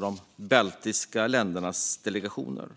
de baltiska ländernas delegationer.